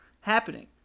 happening